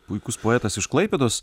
puikus poetas iš klaipėdos